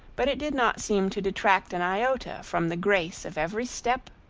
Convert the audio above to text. but it did not seem to detract an iota from the grace of every step,